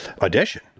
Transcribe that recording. audition